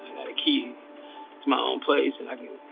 a key to my own place and i can